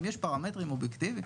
אם יש פרמטרים אובייקטיבים,